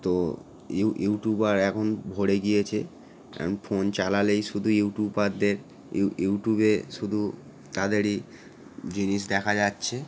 তো ইউটিউবার এখন ভরে গিয়েছে এখন ফোন চালালেই শুধু ইউটিউবারদের ইউটিউবে শুধু তাদেরই জিনিস দেখা যাচ্ছে